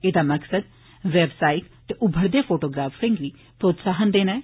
एहदा मकसद व्यवसायिक ते उभरदे फोटोग्राफरें गी प्रोत्साहन देना ऐ